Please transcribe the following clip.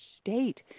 state